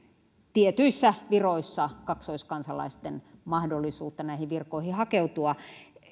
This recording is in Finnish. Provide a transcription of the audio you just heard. tietyissä viroissa kaksoiskansalaisten mahdollisuutta näihin virkoihin hakeutua